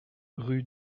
rue